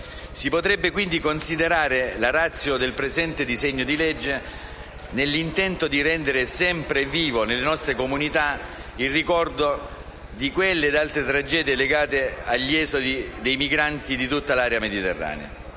Si potrebbe, quindi, considerare la *ratio* del presente disegno di legge nell'intento di rendere sempre vivo nelle nostre comunità il ricordo di quelle e altre tragedie legate agli esodi dei migranti di tutta l'area mediterranea,